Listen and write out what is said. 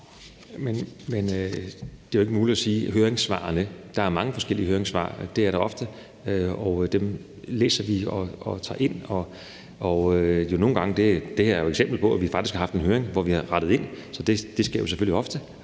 Jamen det er jo ikke muligt bare at sige »høringssvarene«. Der er mange forskellige høringssvar, og det er der ofte, og dem læser vi og tager ind, og der er jo eksempler på, at vi nogle gange faktisk har haft en høring, hvor vi har rettet ind. Så det er selvfølgelig ofte